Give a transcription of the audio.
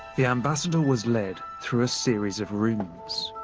the ambassador was led through a series of rooms.